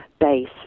base